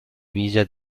villa